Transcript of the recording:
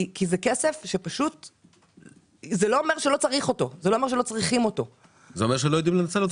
זה לא אומר שלא צריכים את הכסף --- זה אומר שלא יודעים לנצל אותו.